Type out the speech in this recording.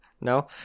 No